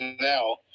now